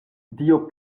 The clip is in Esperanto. dio